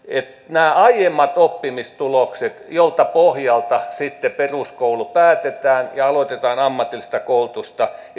nämä aiemmat oppimistulokset joiden pohjalta sitten peruskoulu päätetään ja aloitetaan ammatillista koulutusta